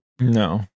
No